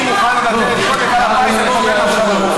אני מוכן לבטל את כל מפעל הפיס, הכול מכול כול.